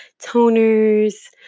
toners